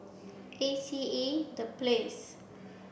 A C E The Place